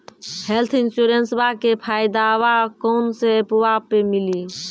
Health इंश्योरेंसबा के फायदावा कौन से ऐपवा पे मिली?